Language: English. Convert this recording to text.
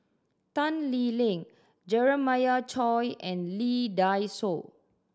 Tan Lee Leng Jeremiah Choy and Lee Dai Soh